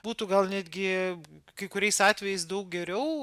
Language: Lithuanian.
būtų gal netgi kai kuriais atvejais daug geriau